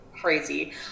Crazy